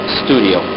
studio